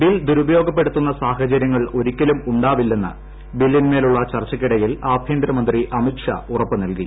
bill ദുരുപയോഗപ്പെടുത്തുന്ന സാഹചര്യങ്ങൾ ഒരിക്കലും ഉണ്ടാവില്ലെന്ന് ബില്ലിന്മേലുള്ള ചർച്ചയ്ക്കിടയിൽ ആഭ്യന്തരമന്ത്രി അമിത് ഷാ ഉറപ്പ് നൽകി